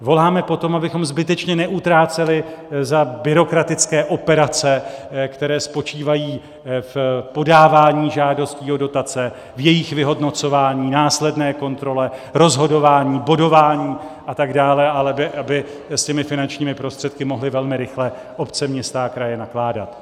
Voláme po tom, abychom zbytečně neutráceli za byrokratické operace, které spočívají v podávání žádostí o dotace, jejich vyhodnocování, následné kontrole, rozhodování, bodování a tak dále, ale aby s těmi finančními prostředky mohly velmi rychle obce, města a kraje nakládat.